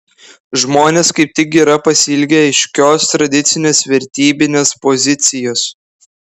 žmonės kaip tik yra pasiilgę aiškios tradicinės vertybinės pozicijos